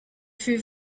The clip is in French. fut